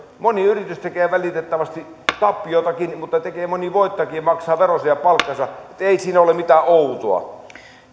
moni yritys tekee valitettavasti tappiotakin mutta tekee moni voittoakin ja maksaa veronsa ja palkkansa ei siinä ole mitään outoa